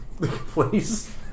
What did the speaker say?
please